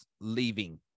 leaving